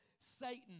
Satan